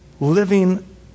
living